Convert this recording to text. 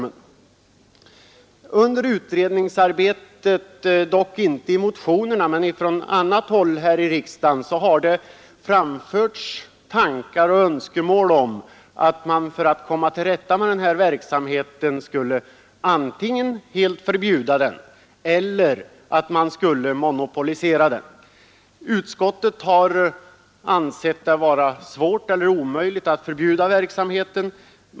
Det har under utredningsarbetet — dock inte i motionerna utan på annan väg — här i riksdagen framförts tankar och önskemål om att man för att komma till rätta med denna verksamhet antingen skulle helt förbjuda den eller monopolisera den. Utskottet har ansett det vara svårt eller omöjligt att förbjuda verksamheten.